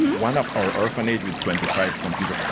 one of our orphanage with twenty five computer.